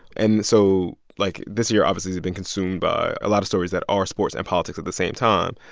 and so, like, this year, obviously, has been consumed by a lot of stories that are sports and politics at the same time.